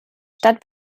stadt